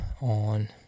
on